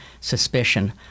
suspicion